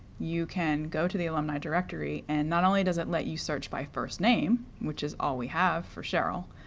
you can go to the alumni directory, and not only does it let you search by first name, which is all we have for cheryl,